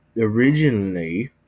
originally